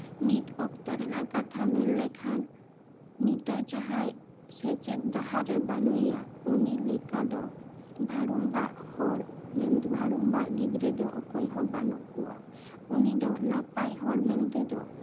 ᱱᱤᱛ ᱚᱠᱛᱚ ᱨᱮᱱᱟᱜ ᱠᱟᱛᱷᱟ ᱢᱮᱱ ᱞᱮᱠᱷᱟᱱ ᱱᱤᱛᱚᱜ ᱡᱟᱦᱟᱸᱭ ᱥᱮᱪᱮᱫ ᱰᱟᱦᱟᱨ ᱨᱮ ᱵᱟᱹᱱᱩᱭᱟ ᱩᱱᱤ ᱞᱮᱠᱟ ᱫᱚ ᱵᱷᱟᱹᱲᱩᱢᱵᱷᱟᱜ ᱦᱚᱲ ᱢᱮᱱᱫᱚ ᱵᱷᱟᱹᱲᱩᱢᱵᱷᱟᱜ ᱜᱤᱫᱽᱨᱟᱹ ᱫᱚ ᱚᱠᱚᱭᱦᱚᱸ ᱵᱟᱹᱱᱩᱜ ᱠᱚᱣᱟ ᱩᱱᱤ ᱫᱚ ᱱᱟᱯᱟᱭ ᱢᱮᱱᱛᱮᱫᱚ